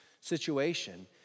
situation